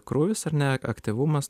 krūvis ar ne aktyvumas